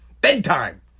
Bedtime